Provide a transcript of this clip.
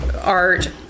art